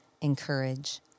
encourage